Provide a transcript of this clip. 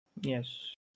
Yes